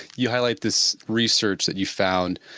you highlight this research that you found.